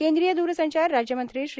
केंद्रीय दूरसंचार राज्य मंत्री श्री